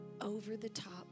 over-the-top